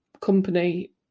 company